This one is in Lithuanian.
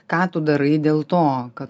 ką tu darai dėl to kad